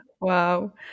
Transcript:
Wow